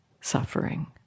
suffering